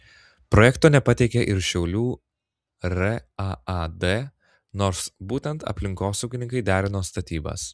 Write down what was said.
projekto nepateikė ir šiaulių raad nors būtent aplinkosaugininkai derino statybas